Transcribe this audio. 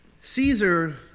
Caesar